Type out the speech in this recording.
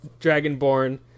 Dragonborn